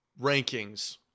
rankings